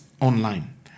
online